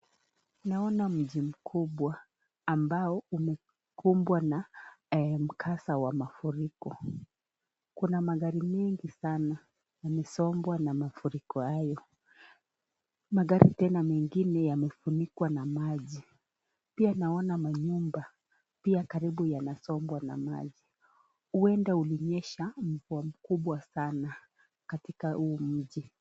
Naona mti mkubwa ambao umekumbwa na mkasa wa mafuriko. Kuna magari mingi sana. Yamesombwa na mafuriko hayo . Magari tena mengine yamefunikwa na maji . Pia naona manyumba. Pia karibu yanasombwa na maji . Huenda ulinyesha mvua mkubwa sana katika huu nchi.